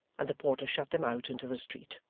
and the porter shut them out into the street.